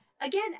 again